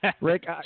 Rick